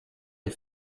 les